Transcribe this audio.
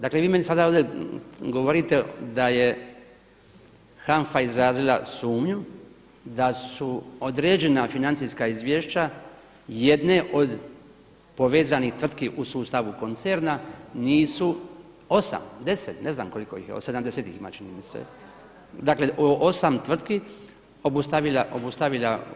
Dakle vi meni sada ovdje govorite da je HANF-a izrazila sumnju da su određena financijska izvješća jedne od povezanih tvrtki u sustavu koncerna nisu, 8, 10, ne znam koliko ih je, 70 ih ima čini mi se, dakle 8 tvrtki obustavila.